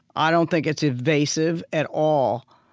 i don't think it's evasive at all.